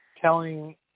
telling